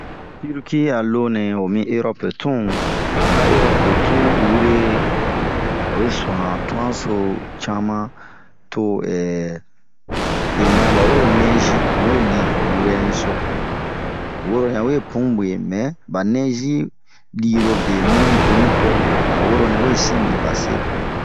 Tirki a loo nɛɛ ho mi erɔpe tun, a erɔpe tun were oyi sohan tuan so cama to benɛ ba wero nɛzi mun we li han yurɛniso. Wuro ɲan we punh gue mɛɛ ba nɛzi lirobe bun bonipo han woro nɛwe sin bin ba se.